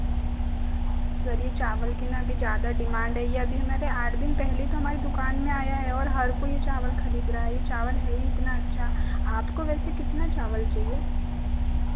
sir यह चावल की न अभी ज़्यादा डिमांड है यह अभी हमारे आठ दिन पहले तो हमारे दुकान में आया है और हर कोई यह चावल खरीद रहा है यह चावल है ही इतना अच्छा आपको वैसे कितना चावल चाहिए